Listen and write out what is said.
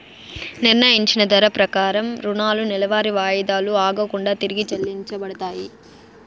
నిర్ణయించిన ధర ప్రకారం రుణాలు నెలవారీ వాయిదాలు ఆగకుండా తిరిగి చెల్లించబడతాయి